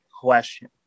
question